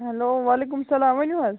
hello وعلیکُم سلام ؤنِو حظ